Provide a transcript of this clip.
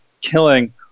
killing